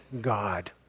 God